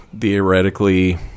theoretically